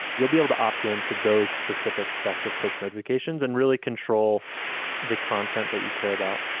you'll be able to opt-in to those specific sets of push notifications and really control the content that you care about.